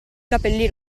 capelli